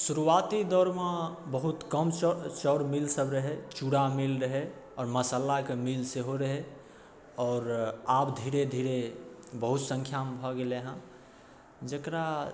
शुरुआती दौरमे बहुत कम चाउ चाउर मिलसब रहै चूड़ा मिल रहै आओर मसल्लाके मिल सेहो रहै आओर आब धीरे धीरे बहुत सँख्यामे भऽ गेलै हँ जकरा